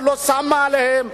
אבל לא שמה עליהם.